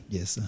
Yes